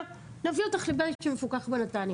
הם ייקחו אותי לבית של מפוקח בנתניה.